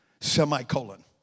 Semicolon